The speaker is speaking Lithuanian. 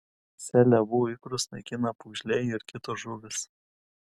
seliavų ikrus naikina pūgžliai ir kitos žuvys